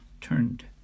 turned